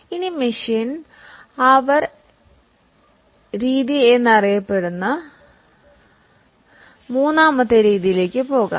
ഇപ്പോൾ മെഷീൻ അവർ രീതി എന്നറിയപ്പെടുന്ന മൂന്നാമത്തെ രീതിയിലേക്ക് പോകാം